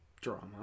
drama